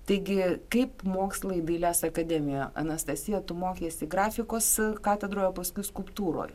taigi kaip mokslai dailės akademijoje anastasija tu mokeisi grafikos katedroje paskui skulptūroj